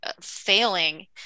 failing